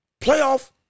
playoff